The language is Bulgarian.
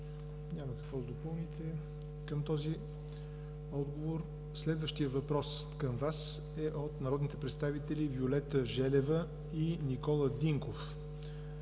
Няма какво да допълните към този отговор. Следващият въпрос към Вас е от народните представители Виолета Желева и Никола Динков